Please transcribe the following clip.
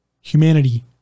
humanity